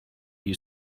you